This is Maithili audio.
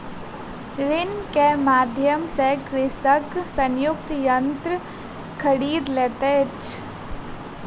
ऋण के माध्यम सॅ कृषक संयुक्तक यन्त्र खरीद लैत अछि